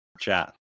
chat